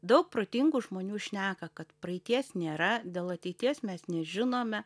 daug protingų žmonių šneka kad praeities nėra dėl ateities mes nežinome